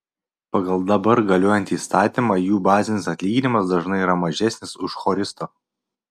pagal dabar galiojantį įstatymą jų bazinis atlyginimas dažnai yra mažesnis už choristo